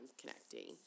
connecting